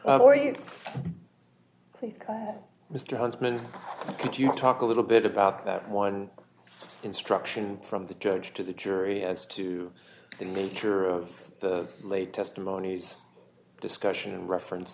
you mr huntsman could you talk a little bit about that one instruction from the judge to the jury as to the nature of the lay testimonies discussion in reference